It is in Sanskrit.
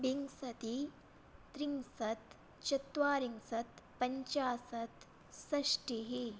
विंशतिः त्रिंशत् चत्वारिंशत् पञ्चाशत् षष्टिः